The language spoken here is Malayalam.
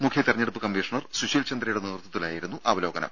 മുഖ്യ തെരഞ്ഞെടുപ്പ് കമ്മീഷണർ സുശീൽ ചന്ദ്രയുടെ നേതൃത്വത്തിലായിരുന്നു അവലോകനം